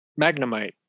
Magnemite